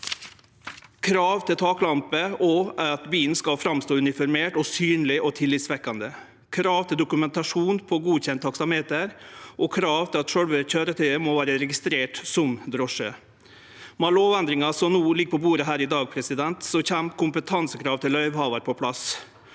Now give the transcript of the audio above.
krav til taklamper og at bilen skal vere uniformert, synleg og tillitvekkjande, krav til dokumentasjon på godkjent taksameter og krav til at sjølve køyretøyet må vere registrert som drosje. Med den lovendringa som ligg på bordet i dag, kjem kompetansekrav til løyvehavar på plass